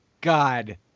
God